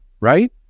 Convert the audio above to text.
right